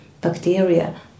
bacteria